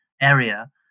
area